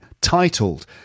titled